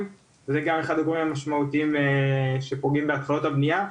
וזה גם אחד הגורמים המשמעותיים שפוגעים בהנחיות הבניה.